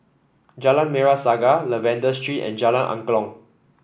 Jalan Merah Saga Lavender Street and Jalan Angklong